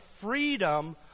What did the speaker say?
freedom